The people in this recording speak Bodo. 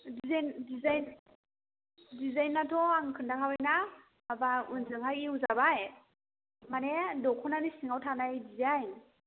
डिजाइन डिजाइन डिजाइनाथ' आं खोन्था खाबायना माबा उनजोंहाय इउ जाबाय माने दख'नानि सिङाव थानाय डिजाइन